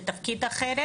לתפקיד אחר,